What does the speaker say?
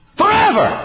forever